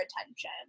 attention